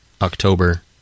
October